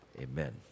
Amen